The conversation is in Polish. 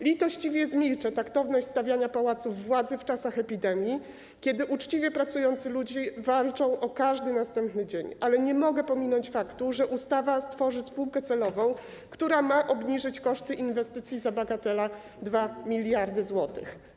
Litościwie przemilczę taktowność stawiania pałacu władzy w czasach epidemii, kiedy uczciwie pracujący ludzie walczą o każdy następny dzień, ale nie mogę pominąć faktu, że ustawa stworzy spółkę celową, która ma obniżyć koszty inwestycji za, bagatela, 2 mld zł.